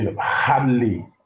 hardly